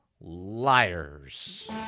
liars